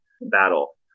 battle